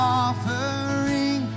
offering